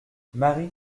marie